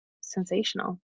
sensational